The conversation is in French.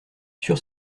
sur